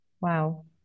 Wow